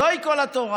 זוהי כל התורה.